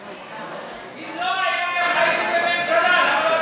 אם לא היה, בממשלה, למה לא